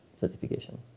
certification